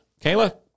Kayla